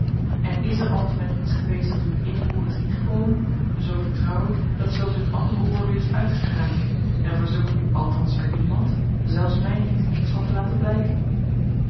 en is er altemet iets geweest dat u het eene oor is ingekomen zoo vertrouw ik dat zulks het andere oor weer is uitgegaan en verzoek u althans er niemand zelfs mij niet iets van te laten blijken